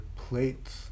plates